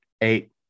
eight